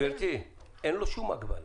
גברתי, אין לו שום הגבלה.